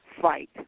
fight